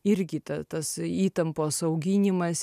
irgi ta tas įtampos auginimas